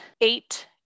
eight